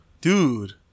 Dude